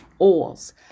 oils